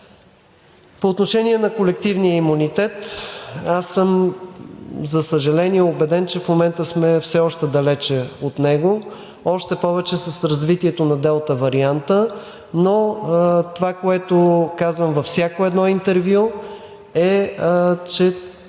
По отношение на колективния имунитет – аз съм, за съжаление, убеден, че в момента сме все още далеч от него, още повече с развитието на Делта варианта. Но това, което казвам във всяко едно интервю, е, че